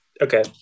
Okay